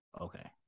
Okay